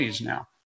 now